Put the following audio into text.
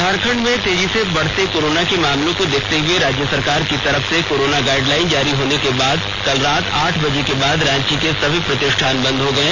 झारखंड में तेजी से बढ़ते कोरोना के मामलों को देखते हुए राज्य सरकार की तरफ से कोरोना गाइडलाइन जारी होने के बाद कल रात आठ बजे के बाद रांची में सभी प्रतिष्ठान बंद हो गये